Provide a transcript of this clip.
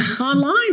online